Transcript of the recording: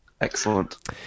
Excellent